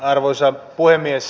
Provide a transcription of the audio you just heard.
arvoisa puhemies